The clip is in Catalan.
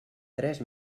tres